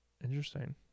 interesting